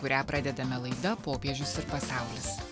kurią pradedame laida popiežius ir pasaulis